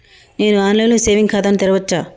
నేను online లో saving ఖాతా ను తెరవచ్చా?